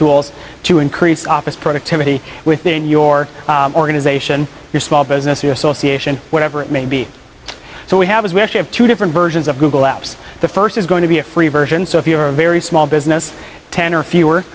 tools to increase office productivity within your organization your small business your association whatever it may be so we have is going to have two different versions of google apps the first is going to be a free version so if you are a very small business ten or fewer